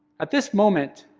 at this moment,